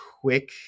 quick